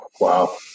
Wow